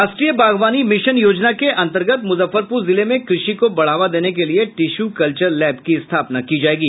राष्ट्रीय बागवानी मिशन योजना के अंतर्गत मुजफ्फरपुर जिले में कृषि को बढ़ावा देने के लिये टिश्यू कल्चर लैब की स्थापना की जायेगी